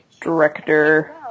director